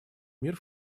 мир